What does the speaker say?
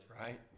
right